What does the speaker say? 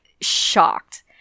shocked